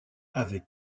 avec